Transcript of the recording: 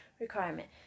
requirement